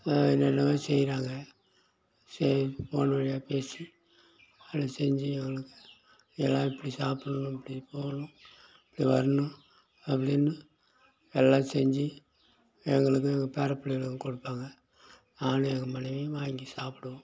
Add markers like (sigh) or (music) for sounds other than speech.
என்னென்னமோ செய்கிறாங்க (unintelligible) ஃபோன் வழியாக பேசி எல்லாம் செஞ்சு எல்லா எல்லாம் இப்படி சாப்புடணும் இப்படி போகணும் இப்படி வரணும் அப்படின்னு எல்லாம் செஞ்சு எங்களுக்கும் எங்கள் பேர பிள்ளைங்களுக்கும் கொடுப்பாங்க நானும் எங்கள் மனைவியும் வாங்கி சாப்பிடுவோம்